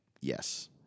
Yes